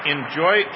Enjoy